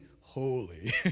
holy